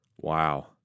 Wow